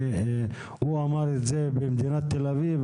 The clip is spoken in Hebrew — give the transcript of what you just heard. הוא אמר "במדינת תל אביב",